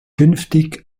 künftig